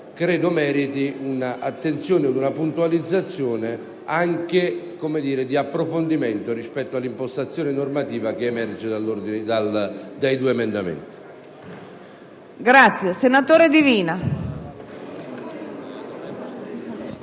credo meriti un'attenzione, una puntualizzazione e un approfondimento rispetto all'impostazione normativa che emerge dagli emendamenti